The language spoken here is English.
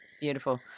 beautiful